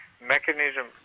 mechanism